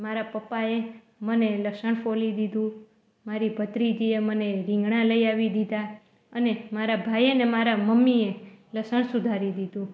મારા પપ્પાએ મને લસણ ફોલી દીધું મારી ભત્રીજી એ મને રીંગણા લઈ આવી દીધા અને મારા ભાઈએ ને મારા મમ્મીએ લસણ સુધારી દીધું